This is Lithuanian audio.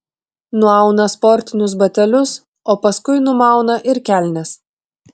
nuauna sportinius batelius o paskui numauna ir kelnes